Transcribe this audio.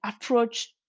approach